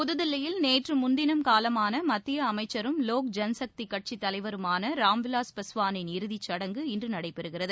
புதுதில்லியில் நேற்று முன்தினம் காலமான மத்திய அமைச்சரும் வோக் ஜன் சக்தி கட்சித் தலைவருமான ராம் விலாஸ் பாஸ்வானின் இறுதி சடங்கு இன்று நடைபெறுகிறது